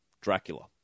Dracula